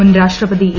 മുൻ രാഷ്ട്രപതി എ